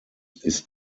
ist